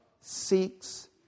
seeks